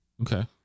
Okay